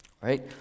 Right